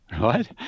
Right